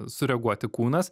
sureaguoti kūnas